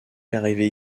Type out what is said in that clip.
arrivé